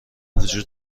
وجود